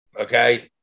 okay